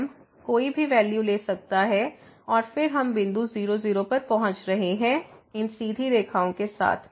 तो m कोई भी वैल्यू ले सकता है और फिर हम बिंदु 0 0 पर पहुंच रहे हैं इन सीधी रेखाओं के साथ